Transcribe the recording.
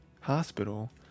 hospital